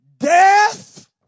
Death